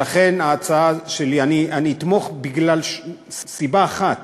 ולכן, ההצעה שלי, אני אתמוך מסיבה אחת